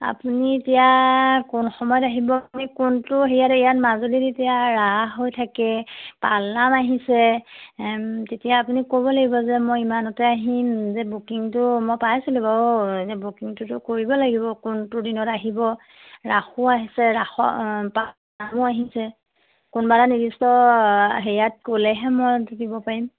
আপুনি এতিয়া কোন সময়ত আহিব আপুনি কোনটো হেৰিয়াত ইয়াত মাজুলীত এতিয়া ৰাস হৈ থাকে পালনাম আহিছে তেতিয়া আপুনি ক'ব লাগিব যে মই ইমানতে আহিম যে বুকিংটো মই পাইছিলোঁ বাৰু এনে বুকিংটোতো কৰিব লাগিব কোনটো দিনত আহিব ৰাসো আহিছে ৰাস পালনামো আহিছে কোনোবা এটা নিৰ্দিষ্ট হেৰিয়াত ক'লেহে মই দিব পাৰিম